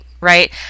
right